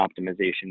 optimization